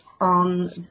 on